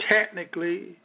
technically